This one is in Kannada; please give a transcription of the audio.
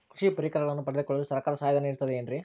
ಕೃಷಿ ಪರಿಕರಗಳನ್ನು ಪಡೆದುಕೊಳ್ಳಲು ಸರ್ಕಾರ ಸಹಾಯಧನ ನೇಡುತ್ತದೆ ಏನ್ರಿ?